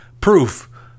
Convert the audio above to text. proof